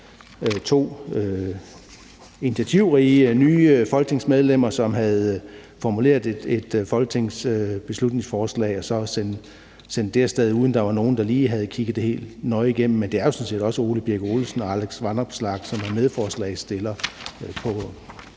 to initiativrige, nye folketingsmedlemmer, som havde formuleret et folketingsbeslutningsforslag og så sendt det af sted, uden at der var nogen, der lige havde kigget det helt nøje igennem. Men det er jo sådan set Ole Birk Olesen og Alex Vanopslagh, som er medforslagsstillere på